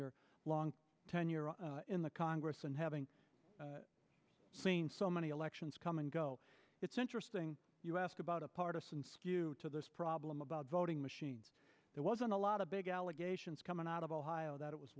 your long tenure in the congress and having seen so many elections come and go it's interesting you ask about a part of this problem about voting machines there wasn't a lot of big allegations coming out of ohio that it was